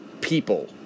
people